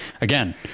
again